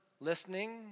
listening